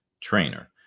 trainer